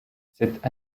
cet